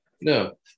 No